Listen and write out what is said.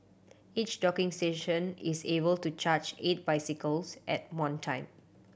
each docking station is able to charge eight bicycles at one time